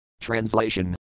Translation